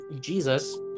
Jesus